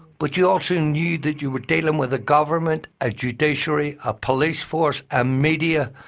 but you also knew that you were dealing with a government, a judiciary, a police force, a media